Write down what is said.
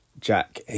Jack